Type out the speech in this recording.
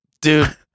dude